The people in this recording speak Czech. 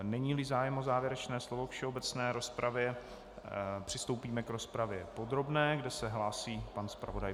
Neníli zájem o závěrečné slovo ve všeobecné rozpravě, přistoupíme k rozpravě podrobné, kde se hlásí pan zpravodaj.